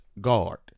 guard